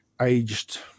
aged